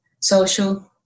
social